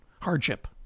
hardship